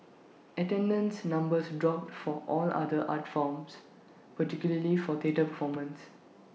attendance numbers dropped for all other art forms particularly for theatre performances